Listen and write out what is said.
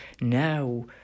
now